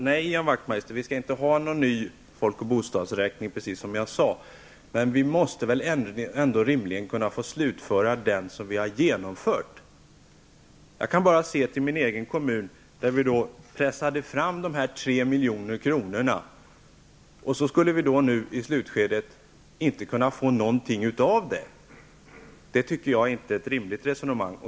Herr talman! Nej, Ian Wachtmeister, vi skall inte ha någon ny folk och bostadsräkning, precis som jag sade. Men vi måste rimligen få slutföra den som vi har samlat in material till. Jag kan bara se till min egen kommun, där vi pressade fram dessa tre miljoner. Skulle vi då i slutskedet inte kunna få ut något av det? Det tycker jag inte är ett rimligt resonemang.